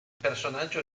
personaggio